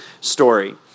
story